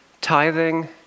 Tithing